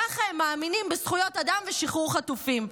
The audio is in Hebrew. ככה הם מאמינים בזכויות אדם ובשחרור חטופים.